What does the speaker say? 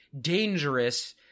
dangerous